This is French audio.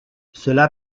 cela